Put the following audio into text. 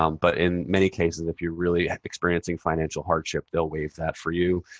um but in many cases if you're really experiencing financial hardship they'll waive that for you.